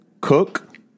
cook